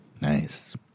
Nice